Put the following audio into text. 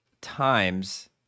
Times